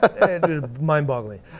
Mind-boggling